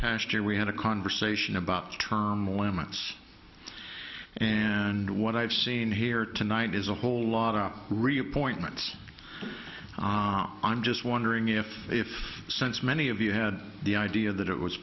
past year we had a conversation about term limits and what i've seen here tonight is a whole lot of reappointment i'm just wondering if if since many of you had the idea that it was